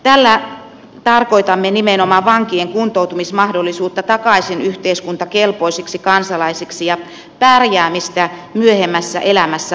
tällä tarkoitamme nimenomaan vankien kuntoutumismahdollisuutta takaisin yhteiskuntakelpoisiksi kansalaisiksi ja pärjäämistä myöhemmässä elämässä vankilakauden jälkeen